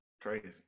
Crazy